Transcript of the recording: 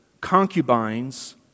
concubines